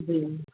جی